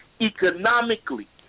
economically